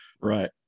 Right